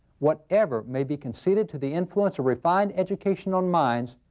whatever may be conceded to the influence of refined education on minds.